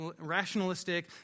rationalistic